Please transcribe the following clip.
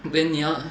then